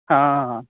हँ